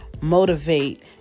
motivate